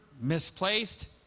misplaced